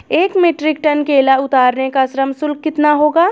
एक metric ton केला उतारने का श्रम शुल्क कितना होगा?